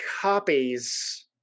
copies